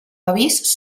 avís